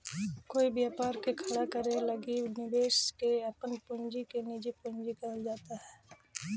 कोई व्यापार के खड़ा करे लगी निवेशक के अपन पूंजी के निजी पूंजी कहल जा हई